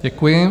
Děkuji.